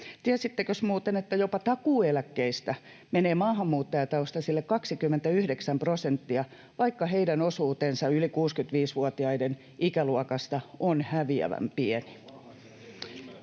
Tiesittekö muuten, että jopa takuueläkkeistä menee maahanmuuttajataustaisille 29 prosenttia, vaikka heidän osuutensa yli 65-vuotiaiden ikäluokasta on häviävän pieni?